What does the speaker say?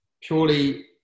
purely